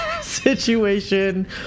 situation